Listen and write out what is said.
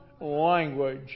language